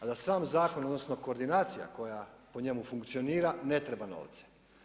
A da sam zakon odnosno koordinacija koja po njemu funkcionira ne treba novca.